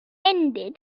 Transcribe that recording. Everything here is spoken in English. ended